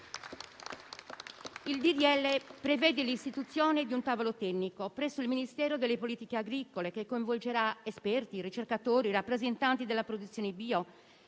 legge prevede l'istituzione di un tavolo tecnico presso il Ministero delle politiche agricole, che coinvolgerà esperti, ricercatori e rappresentanti della produzione bio,